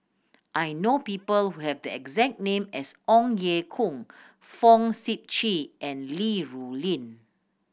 I know people who have the exact name as Ong Ye Kung Fong Sip Chee and Li Rulin